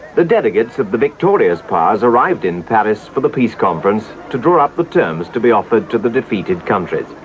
the delegates of the victorious powers arrived in paris for the peace conference to draw up the terms to be offered to the defeated countries.